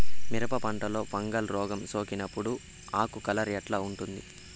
మిరప పంటలో ఫంగల్ రోగం సోకినప్పుడు ఆకు కలర్ ఎట్లా ఉంటుంది?